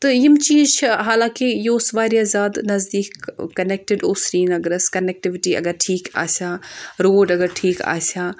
تہٕ یِم چیٖز چھِ حالانٛکہِ یہِ اوس واریاہ زیادٕ نزدیٖک کَنؠکٹِڈ اوس سریٖنگرَس کَنؠکٹِوِٹی اگر ٹھیٖک آسہِ ہا روڈ اگر ٹھیٖک آسہِ ہا